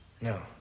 No